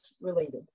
related